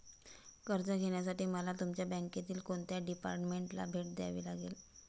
कर्ज घेण्यासाठी मला तुमच्या बँकेतील कोणत्या डिपार्टमेंटला भेट द्यावी लागेल?